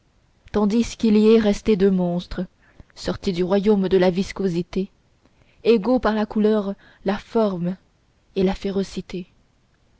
tandis qu'il est resté deux monstres sortis du royaume de la viscosité égaux par la couleur la forme et la férocité